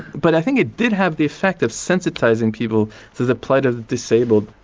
but i think it did have the effect of sensitising people to the plight of disabled.